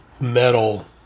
metal